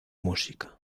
música